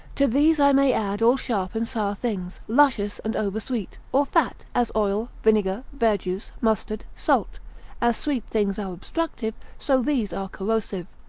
to these i may add all sharp and sour things, luscious and over-sweet, or fat, as oil, vinegar, verjuice, mustard, salt as sweet things are obstructive, so these are corrosive.